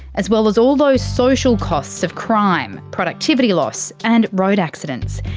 as well as all those social costs of crime, productivity loss and road accidents.